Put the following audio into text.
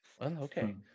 okay